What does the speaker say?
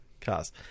cars